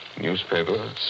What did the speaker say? newspapers